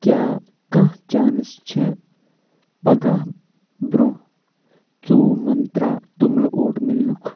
کیٛاہ کانٛہہ چانس چھےٚ پگاہ برٛونٛہہ ژوٚوُہ منٛترٛا توٚملہٕ اوٹ میلنُکھ